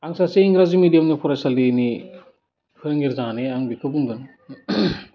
आं सासे इंराजि मिडियामनि फरायसालिनि फोरोंगिरि जानानै आं बेखौ बुंगोन